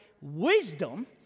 wisdom